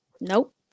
Nope